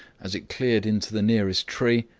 as it cleared into the nearest tree.